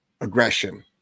aggression